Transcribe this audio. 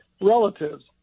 relatives